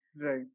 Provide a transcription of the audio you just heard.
Right